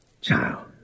child